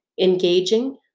engaging